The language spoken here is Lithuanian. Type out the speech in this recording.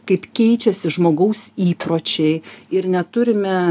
kaip keičiasi žmogaus įpročiai ir neturime